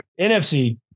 NFC